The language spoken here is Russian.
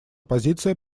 позиция